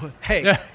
Hey